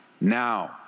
Now